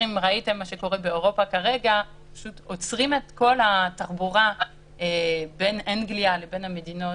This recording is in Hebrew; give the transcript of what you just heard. למשל כרגע באירופה עוצרים את כל התחבורה בין אנגליה לבין שכנותיה,